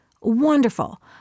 wonderful